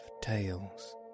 tales